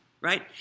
right